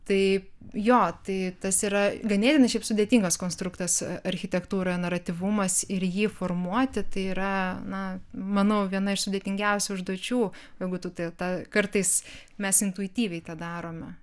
tai jo tai tas yra ganėtinai šiaip sudėtingas konstruktas architektūra naratyvumas ir jį formuoti tai yra na manau viena iš sudėtingiausių užduočių jeigu tu tą ta kartais mes intuityviai tą darome